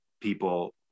people